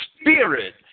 spirit